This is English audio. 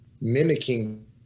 mimicking